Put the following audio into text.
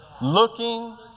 looking